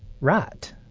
right